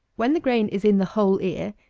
when the grain is in the whole ear,